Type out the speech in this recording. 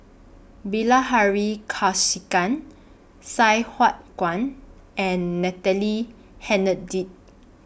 Bilahari Kausikan Sai Hua Kuan and Natalie Hennedige